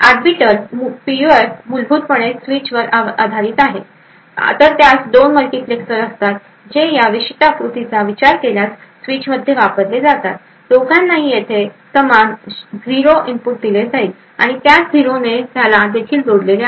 एक arbiter PUF मूलभूतपणे स्विचवर आधारित असतो तर त्यास दोन मल्टिप्लेक्सर्स असतात जे या विशिष्ट आकृतीचा विचार केल्यास स्विचमध्ये वापरले जातात दोघांनाही येथे समान 0 इनपुट दिले जाईल आणि त्याच 0 ने त्याला देखील जोडलेले आहे